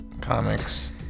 Comics